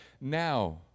now